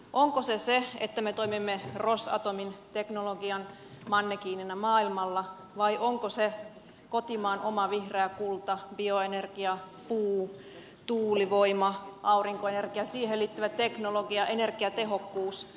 onko se se että me toimimme rosatomin teknologian mannekiinina maailmalla vai onko se kotimaan oma vihreä kulta bioenergia puu tuulivoima aurinkoenergia ja siihen liittyvä teknologia energiatehokkuus